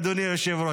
אדוני היושב-ראש,